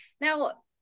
Now